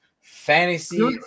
fantasy